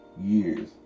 years